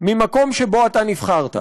ממקום שבו אתה נבחרת: